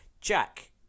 Jack